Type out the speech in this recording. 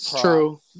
True